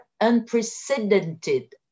unprecedented